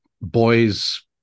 boys